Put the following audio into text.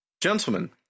Gentlemen